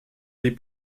les